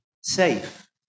safe